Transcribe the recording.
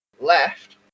left